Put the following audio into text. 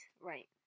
right